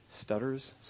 stutters